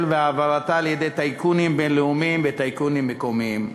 והעברתה לידי טייקונים בין-לאומיים וטייקונים מקומיים,